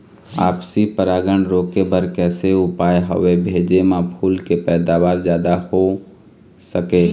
आपसी परागण रोके के कैसे उपाय हवे भेजे मा फूल के पैदावार जादा हों सके?